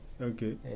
Okay